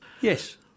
Yes